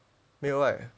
没有 right